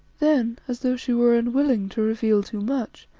then, as though she were unwilling to reveal too much,